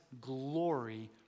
glory